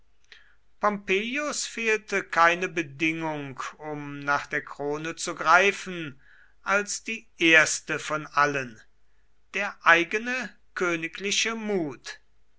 fehlte keine bedingung um nach der krone zu greifen als die erste von allen der eigene königliche mut